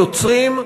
יוצרים,